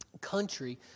country